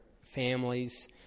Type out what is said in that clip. families